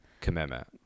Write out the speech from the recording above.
commitment